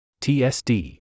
TSD